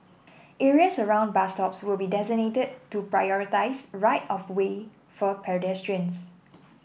areas around bus stops will be designated to prioritise right of way for pedestrians